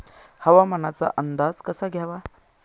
हवामानाचा अंदाज कसा घ्यावा?